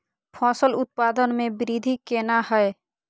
फसल उत्पादन में वृद्धि केना हैं?